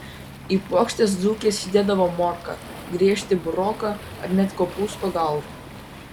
į puokštes dzūkės įdėdavo morką griežtį buroką ar net kopūsto galvą